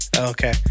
Okay